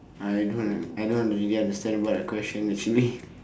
I don't w~ uh I don't really understand about the question actually